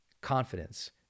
confidence